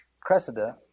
Cressida